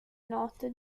notte